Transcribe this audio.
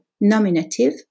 nominative